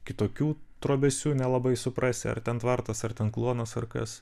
kitokių trobesių nelabai suprasi ar ten tvartas ar ten kluonas ar kas